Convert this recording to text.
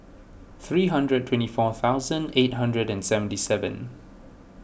three hundred and twenty four thousand eight hundred and seventy seven